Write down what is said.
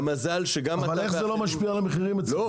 אבל איך זה לא משפיע על המחירים אצלנו?